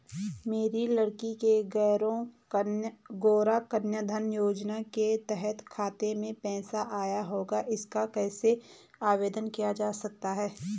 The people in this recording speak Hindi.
मेरी लड़की के गौंरा कन्याधन योजना के तहत खाते में पैसे आए होंगे इसका कैसे आवेदन किया जा सकता है?